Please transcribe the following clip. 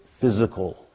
physical